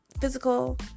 physical